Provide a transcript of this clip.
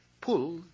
pull